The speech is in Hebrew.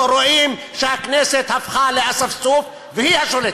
אנחנו רואים שהכנסת הפכה לאספסוף, והיא השולטת.